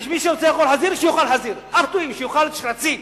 מי שרוצה לאכול חזיר שיאכל חזיר, שיאכל שרצים.